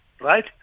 right